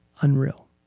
Unreal